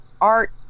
art